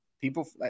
People